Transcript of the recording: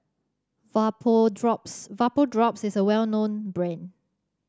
Vapodrops Vapodrops is a well known brand